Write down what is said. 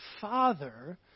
Father